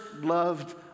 loved